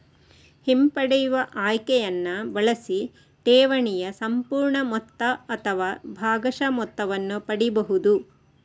ಹಿಂಪಡೆಯುವ ಆಯ್ಕೆಯನ್ನ ಬಳಸಿ ಠೇವಣಿಯ ಸಂಪೂರ್ಣ ಮೊತ್ತ ಅಥವಾ ಭಾಗಶಃ ಮೊತ್ತವನ್ನ ಪಡೀಬಹುದು